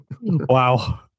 Wow